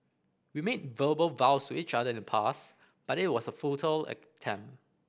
we made verbal vows to each other in the past but it was a futile attempt